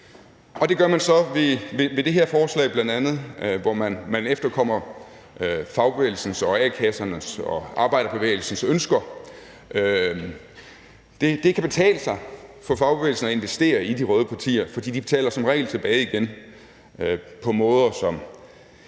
det gør man så bl.a. ved det her forslag, hvor man efterkommer fagbevægelsens og a-kassernes og arbejderbevægelsens ønsker. Det kan betale sig for fagbevægelsen at investere i de røde partier, fordi de som regel betaler tilbage igen på måder,